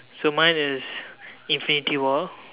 so mine is infinity war